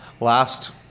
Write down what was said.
last